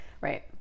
right